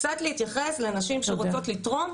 קצת להתייחס לנשים שרוצות לתרום,